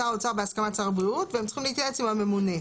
שר האוצר בהסכמת שר הבריאות והם צריכים להתייעץ עם הממונה.